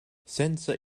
senza